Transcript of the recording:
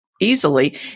easily